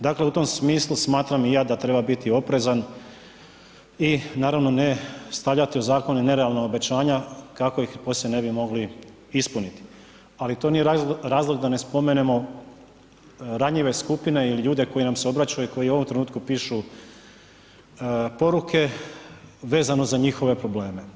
Dakle, u tom smislu smatram i ja da treba biti oprezan, i naravno ne stavljati u Zakone nerealna obećanja kako ih poslije ne bi mogli ispuniti, ali to nije razlog da ne spomenemo ranjive skupine ili ljude koji nam se obraćaju, koji u ovom trenutku pišu poruke vezano za njihove probleme.